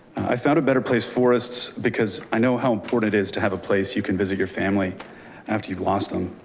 i found a better place forests, because i know how important it is to have a place you can visit your family after you've lost them.